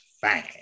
fine